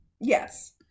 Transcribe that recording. Yes